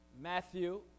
Matthew